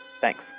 Thanks